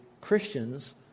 Christians